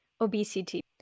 obesity